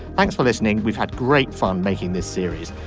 thanks for listening. we've had great fun making this series.